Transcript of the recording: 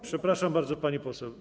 Przepraszam bardzo, pani poseł.